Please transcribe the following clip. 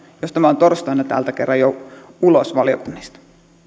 jos tämä on torstaina täältä kerran jo ulos valiokunnista